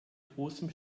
großem